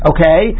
Okay